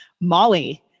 Molly